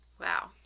Wow